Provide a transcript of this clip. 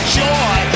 joy